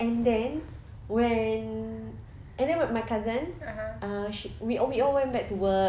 and then when and then when my cousins uh she we all we all went back to work